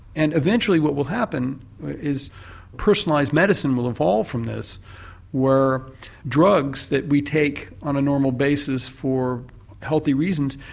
and eventually what will happen is personalised medicine will evolve from this where drugs that we take on a normal basis for healthy reasons,